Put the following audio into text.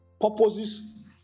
purposes